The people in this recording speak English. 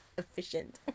efficient